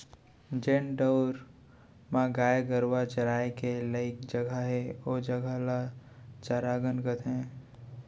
जेन ठउर म गाय गरूवा चराय के लइक जघा हे ओ जघा ल चरागन कथें